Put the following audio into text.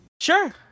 Sure